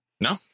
No